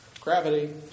gravity